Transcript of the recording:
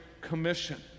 Commission